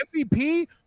MVP